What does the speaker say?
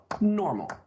Normal